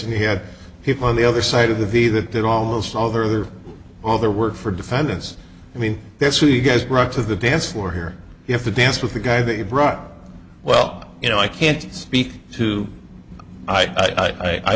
and he had people on the other side of the v that that almost all the other over worked for defendants i mean that's what you guys brought to the dance floor here you have to dance with the guy that you brought well you know i can't speak to i